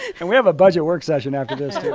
and we have a budget work session after this, too.